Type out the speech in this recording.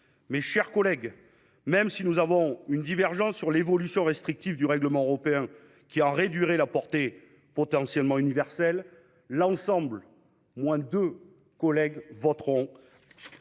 Mes chers collègues, même si nous avons une divergence sur l'évolution restrictive du règlement européen, qui en réduirait la portée potentiellement universelle, le groupe CRCE, à l'exception